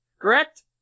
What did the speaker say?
correct